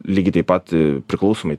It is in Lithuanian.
lygiai taip pat priklausomai